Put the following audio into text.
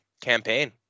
Campaign